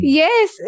yes